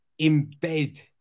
embed